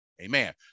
Amen